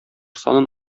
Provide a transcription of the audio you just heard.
санын